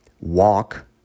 Walk